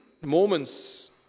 moments